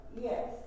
Yes